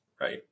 Right